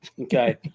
Okay